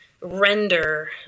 render